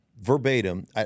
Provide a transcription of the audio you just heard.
verbatim